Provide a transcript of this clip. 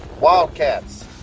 Wildcats